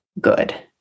good